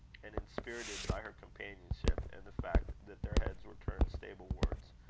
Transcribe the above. and, inspirited by her companionship, and the fact that their heads were turned stablewards,